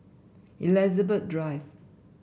Elizabeth Drive